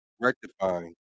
rectifying